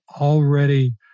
already